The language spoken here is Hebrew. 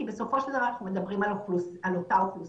בסופו של דבר אנחנו מדברים על אותה אוכלוסייה.